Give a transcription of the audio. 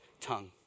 tongue